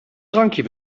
drankje